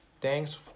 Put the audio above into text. thanks